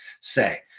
say